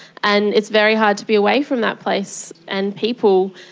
and it's very hard to be away from that place and people.